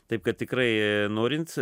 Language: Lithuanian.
taip kad tikrai norint